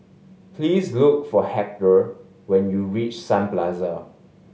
please look for Hector when you reach Sun Plaza